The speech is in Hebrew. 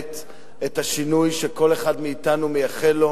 באמת את השינוי שכל אחד מאתנו מייחל לו.